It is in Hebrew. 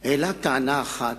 העלה טענה אחת,